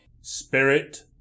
Spirit